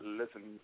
listen